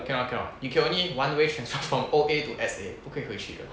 cannot cannot you can only one way transfer from O_A to S_A 不可以回去的